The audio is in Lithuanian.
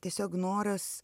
tiesiog noras